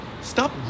stop